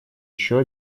еще